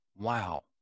wow